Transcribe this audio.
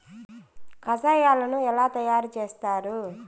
కషాయాలను ఎలా తయారు చేస్తారు?